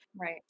Right